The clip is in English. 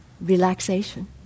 relaxation